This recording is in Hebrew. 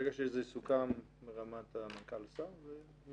ברגע שזה יסוכם ברמת המנכ"ל והשר.